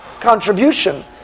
contribution